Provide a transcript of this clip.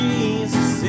Jesus